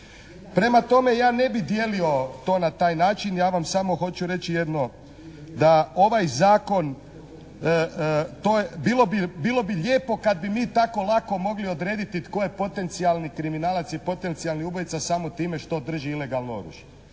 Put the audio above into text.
Prema tome, ja ne bi dijelio to na taj način. Ja vam samo hoću reći jedno, da ovaj zakon, to je, bilo bi lijepo kad bi mi tako lako mogli odrediti tko je potencijalni kriminalac i potencijalni ubojica samo time što drži ilegalno oružje.